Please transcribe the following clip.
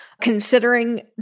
considering